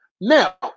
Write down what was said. Now